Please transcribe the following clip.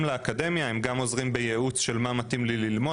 לאקדמיה וגם עוזרים בייעוץ מה מתאים לי ללמוד,